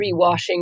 rewashing